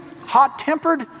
hot-tempered